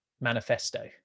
Manifesto